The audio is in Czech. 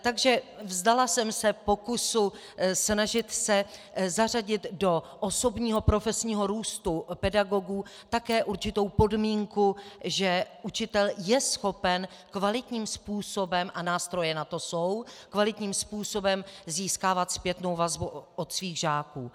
Takže vzdala jsem se pokusu snažit se zařadit do osobního profesního růstu pedagogů také určitou podmínku, že učitel je schopen kvalitním způsobem a nástroje na to jsou kvalitním způsobem získávat zpětnou vazbu od svých žáků.